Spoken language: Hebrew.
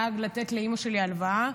דאג לתת לאימא שלי הלוואה.